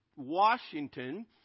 Washington